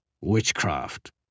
Witchcraft